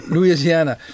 Louisiana